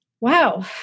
wow